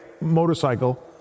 motorcycle